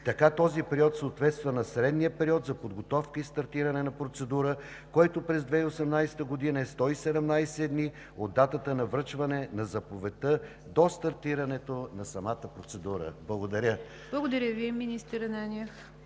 Така този период съответства на средния период за подготовка и стартиране на процедура, който през 2018 г. е 117 дни от датата на връчване на заповедта до стартирането на самата процедура. Благодаря. ПРЕДСЕДАТЕЛ НИГЯР ДЖАФЕР: